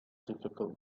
difficult